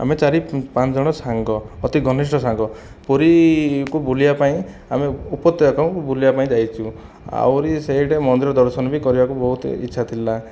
ଆମେ ଚାରି ପାଞ୍ଚଜଣ ସାଙ୍ଗ ଅତି ଘନିଷ୍ଠ ସାଙ୍ଗ ପୁରୀକୁ ବୁଲିବା ପାଇଁ ଆମେ ଉପତ୍ୟକାକୁ ବୁଲିବା ପାଇଁ ଯାଇଛୁ ଆହୁରି ସେଠି ମନ୍ଦିର ଦର୍ଶନ ବି କରିବାକୁ ବହୁତ ଇଚ୍ଛା ଥିଲା